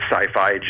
sci-fi